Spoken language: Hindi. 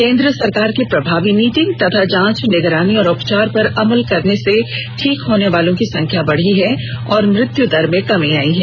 केंद्र सरकार की प्रभावी नीति तथा जांच निगरानी और उपचार पर अमल करने से ठीक होने वालों की संख्या बढ़ी है और मृत्यु दर में कमी आई है